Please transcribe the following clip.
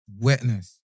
wetness